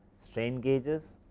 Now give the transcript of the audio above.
strain gauges,